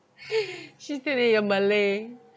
she think that you're malay